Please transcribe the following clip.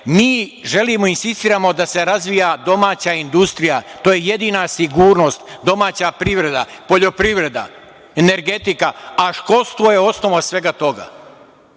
želimo i insistiramo da se razvija domaća industrija. To je jedina sigurnost. Domaća privreda, poljoprivreda, energetika, a školstvo je osnova svega toga. Ne